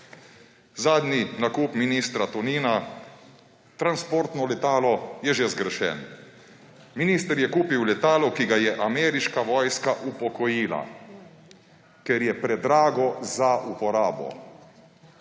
Zadnji nakup ministra Tonina – transportno letalo – je že zgrešen. Minister je kupil letalo, ki ga je ameriška vojska upokojila, ker je predrago za uporabo.